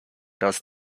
does